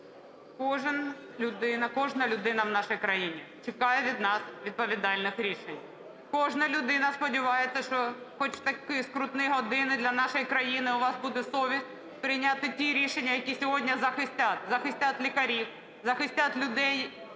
кожна людина в нашій країні чекає від нас відповідальних рішень. Кожна людина сподівається, що хоч в такі скрутні години для нашої країни у вас буде совість прийняти ті рішення, які сьогодні захистять лікарів, захистять людей,